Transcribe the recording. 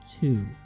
two